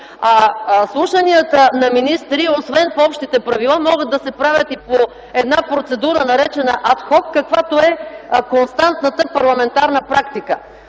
Слушанията на министри, освен по общите правила, могат да се правят и по една процедура, наречена ад хок, каквато е константната парламентарна практика.